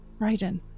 Raiden